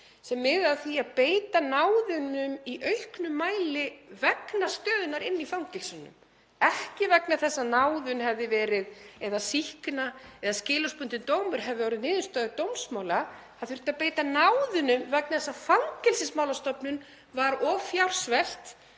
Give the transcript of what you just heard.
miðaði að því að beita náðunum í auknum mæli vegna stöðunnar í fangelsunum. Ekki vegna þess að náðun eða sýkna eða skilorðsbundinn dómur hefði orðið niðurstaða dómsmála, heldur þurfti að beita náðunum vegna þess að Fangelsismálastofnun var of fjársvelt